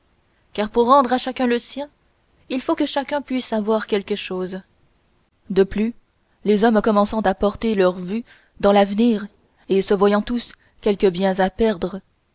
car pour rendre à chacun le sien il faut que chacun puisse avoir quelque chose de plus les hommes commençant à porter leurs vues dans l'avenir et se voyant tous quelques biens à perdre